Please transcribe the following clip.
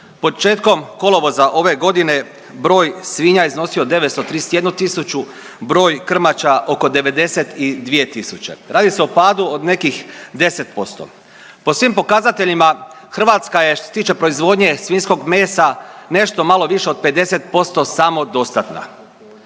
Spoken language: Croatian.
Početkom kolovoza ove godine broj svinja iznosio je 931 tisuću, broj krmača oko 92 tisuće. Radi se o padu od nekih 10%. Po svim pokazateljima Hrvatska je što se tiče proizvodnje svinjskog mesa nešto malo više od 50% samodostatna.